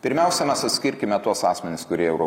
pirmiausia mes atskirkime tuos asmenis kurie yra